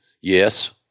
Yes